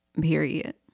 period